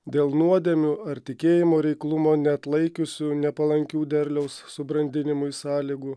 dėl nuodėmių ar tikėjimo reiklumo neatlaikiusių nepalankių derliaus subrandinimui sąlygų